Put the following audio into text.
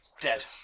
Dead